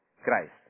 Christ